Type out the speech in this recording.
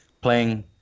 playing